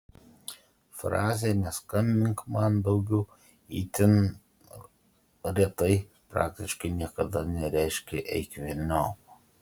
frazė neskambink man daugiau itin retai praktiškai niekada nereiškia eik velniop